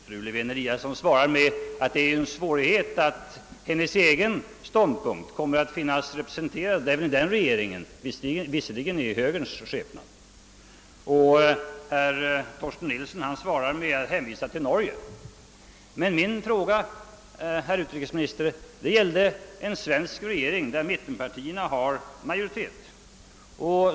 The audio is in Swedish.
Fru Lewén-Eliasson svarade med att det ligger en svårighet i, att hennes egen ståndpunkt kommer att finnas representerad även i den regeringen, i högerns skepnad. Herr Torsten Nilsson svarade med att hänvisa till Norge. Men min fråga, herr utrikesminister, gällde en svensk regering, i vilken mittenpartierna har majoritet.